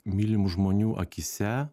mylimų žmonių akyse